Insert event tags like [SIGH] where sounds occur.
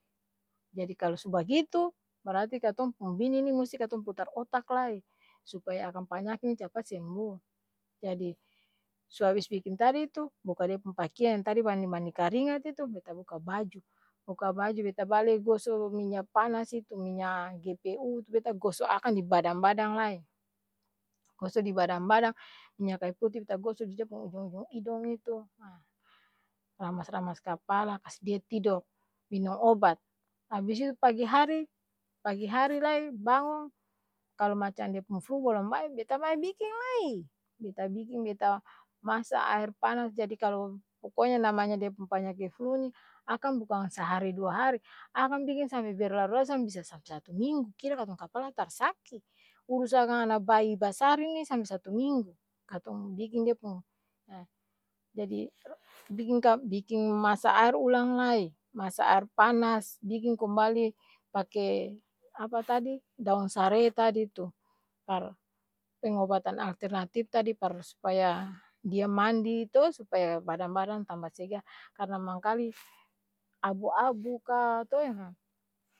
Jadi kalo su bagitu, bar'ati katong pung bini ni musti katong putar otak lai. supaya akang panyaki ni capat sembuh, jadi su abis bikin tadi tu, buka dia pung pakeang ya'n tadi mandi-mandi karingat itu beta buka baju, buka baju beta bale goso minya panas itu minyaa gpu tu beta goso akang di badang-badang lai, goso di badang-badang, minya kayu puti beta goso di dia ujung-ujung idong itu aa ramas-ramas kapala kas dia tidor, minong obat, abis itu pagi hari, pagi hari lai] bangong, kalo macang dia pung flu bolong bae, beta bae baiking lai! Beta biking, beta masa aer panas jadi kalo poko nya namanya dia pung panyaki flu ni, akang bukang sahari dua hari, akang biking sampe berlarut-larut sampe bisa sampe satu minggu kira katong katong kapala tar saki! Urus akang ana bayi basar ini sampe satu minggu, katong biking dia pung e jadi [NOISE] biking ka-biking masa aer ulang lai, masa aer panas, biking kombali pake apa tadi? daong sare tadi tu, par pengobatan alternatip tadi par supaya dia mandi to, supaya badang-badang tamba segar karna mangkali [NOISE] abu abu-kaa to e ha.